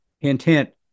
intent